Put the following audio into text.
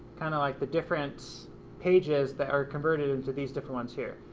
kind of like the different pages that are converted into these different ones here.